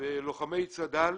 בלוחמי צד"ל